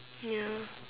ya